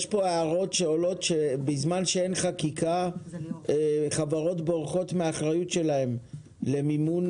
יש הערות שאומרות שבזמן שאין חקיקה חברות בורחות מהאחריות שלהן למימון